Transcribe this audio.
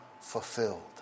fulfilled